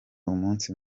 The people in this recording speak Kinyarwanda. umunsi